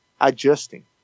adjusting